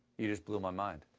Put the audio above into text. you just blew my mind.